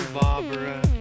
Barbara